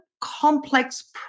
complex